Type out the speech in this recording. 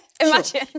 Imagine